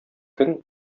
көн